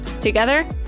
Together